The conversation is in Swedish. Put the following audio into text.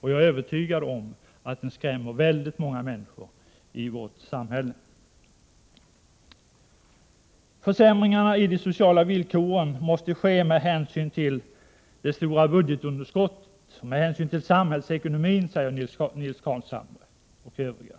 och jag är övertygad om att den skrämmer väldigt många människor i vårt samhälle. Försämringarna i de sociala villkoren måste ske med hänsyn till det stora budgetunderskottet och med hänsyn till samhällsekonomin, säger Nils Carlshamre och andra.